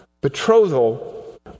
betrothal